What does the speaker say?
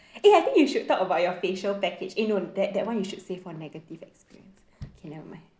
eh I think you should talk about your facial package eh no that that [one] you should save on negative experience okay never mind